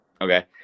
Okay